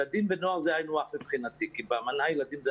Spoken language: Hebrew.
ילדים ונוער זה היינו הך מבחינתי כי באמנה ילדים זה